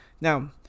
Now